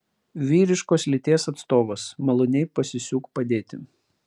vyriškos lyties atstovas maloniai pasisiūk padėti